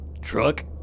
Truck